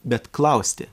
bet klausti